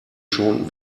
schon